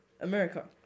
America